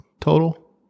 total